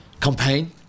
campaign